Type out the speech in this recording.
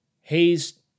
Hayes